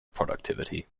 productivity